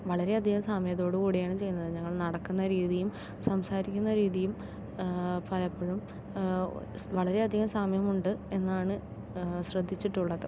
വളരെയധികം സാമ്യയതയോടു കൂടിയാണ് ചെയ്യുന്നത് ഞങ്ങൾ നടക്കുന്ന രീതിയും സംസാരിക്കുന്ന രീതിയും പലപ്പോഴും വളരെയധികം സാമ്യം ഉണ്ട് എന്നാണ് ശ്രദ്ധിച്ചിട്ടുള്ളത്